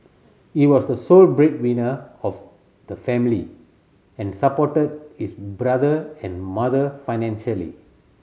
he was the sole breadwinner of the family and supported his brother and mother financially